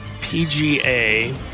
PGA